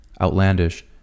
Outlandish